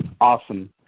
awesome